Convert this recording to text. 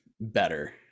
better